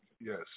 Yes